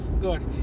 good